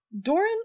Doran